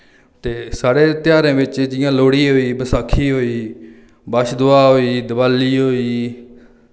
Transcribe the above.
ते साढ़े ध्यारें बिच जि'यां लोहड़ी होई बसाखी होई बच्छ दुआह् होई दवाली होई